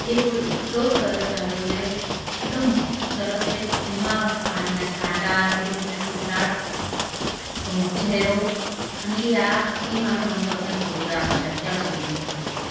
એ photo એટલો સરસ આવ્યો છે એટલો સરસ છે કે એમાં પાણીના છાંટા એનો ખૂશખુશાલ ચહેરો અને એ આ એ મારો મનપસંદ ફોટોગ્રાફસ છે અત્યાર સુધીનો